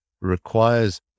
requires